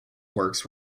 works